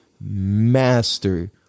master